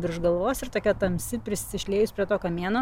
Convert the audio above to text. virš galvos ir tokia tamsi prisišliejus prie to kamieno